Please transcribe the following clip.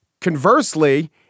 conversely